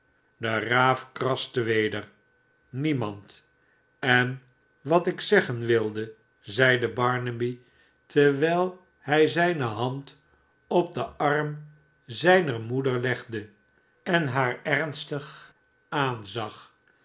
de raaf kraste weder niemand en wat ik zeggen wilde zeide barnaby terwijl hij zijne hand op den arm zijner moeder legde en haar ernstig aanzag